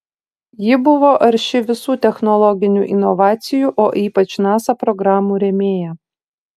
ji buvo arši visų technologinių inovacijų o ypač nasa programų rėmėja